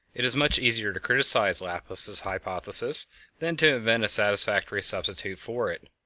it is much easier to criticize laplace's hypothesis than to invent a satisfactory substitute for it.